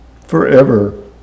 forever